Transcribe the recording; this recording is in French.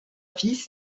fils